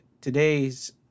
Today's